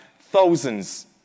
thousands